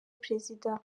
perezida